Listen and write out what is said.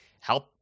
help